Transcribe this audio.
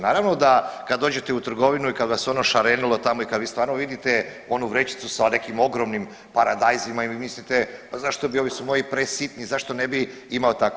Naravno da kad dođete u trgovinu i kad vas ono šarenilo tamo i kad vi stvarno vidite onu vrećicu sa nekim ogromnim paradajzima i vi mislite pa zašto su ovi moji presitni zašto ne bi imao tako.